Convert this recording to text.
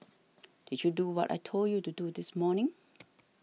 did you do what I told you to do this morning